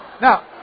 now